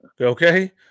Okay